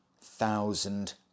thousand